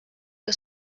que